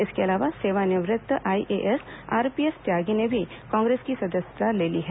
इसके अलावा सेवानिवृत्त आईएएस आरपीएस त्यागी ने भी कांग्रेस की सदस्यता ले ली है